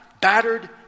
battered